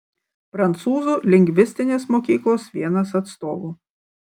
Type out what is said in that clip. prancūzų lingvistinės mokyklos vienas atstovų